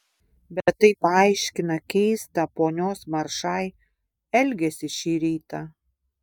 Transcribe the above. bet tai paaiškina keistą ponios maršai elgesį šį rytą